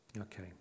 Okay